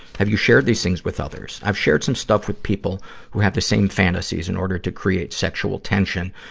have you shared these things with others? i've shared some stuff with people who have the same fantasies in order to create sexual tension,